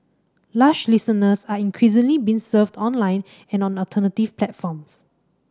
lush listeners are increasingly being served online and on alternative platforms